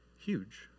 huge